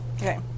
Okay